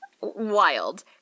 Wild